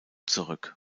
zurück